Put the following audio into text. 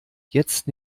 jetzt